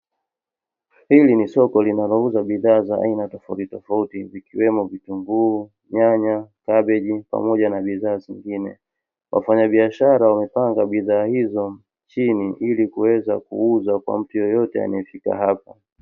Hili ni soko linalouza bidhaa za aina tofauti tofauti zikiwemo vitunguu, nyanya, kabeji pamoja na bidhaa nyingine. Wafanyabiashara wamepanga bidhaa hizo chini ili kuweza kuuza kwa mtu yoyote anayefika hapo.